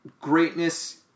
Greatness